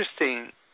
interesting